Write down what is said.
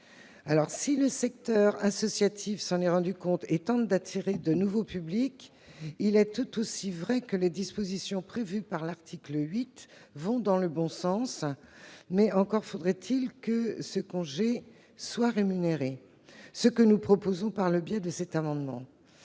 Si le secteur associatif s'en est rendu compte et tente d'attirer de nouveaux publics, il est tout aussi vrai que les dispositions prévues par l'article 8 vont dans le bon sens. Mais encore faudrait-il que ce congé soit rémunéré, et c'est ce que nous proposons par le biais de cet amendement.